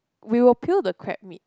we will peel the crab meat